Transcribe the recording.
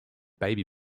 baby